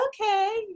Okay